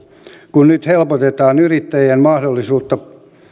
kun nyt helpotetaan yrittäjien mahdollisuutta